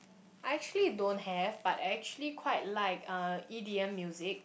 I actually don't have but I actually quite like uh E_D_M music